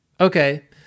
Okay